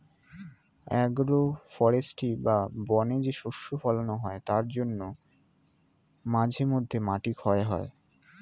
agro forestry বা বনে যে শস্য ফোলানো হয় তার জন্য মাঝে মধ্যে মাটি ক্ষয় হয়